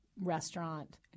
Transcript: Restaurant